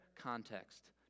context